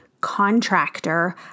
contractor